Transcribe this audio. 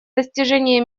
достижения